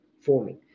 forming